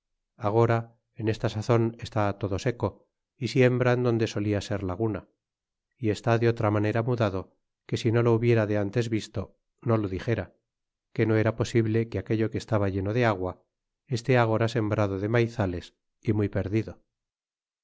agora en esta sazon está todo seco y siembran donde solia ser laguna y está de otra manera mudado que si no lo hubiera de antes visto no lo dixera que no era posible que aquello que estaba lleno de agua esté agora sembrado de maizales y muy perdido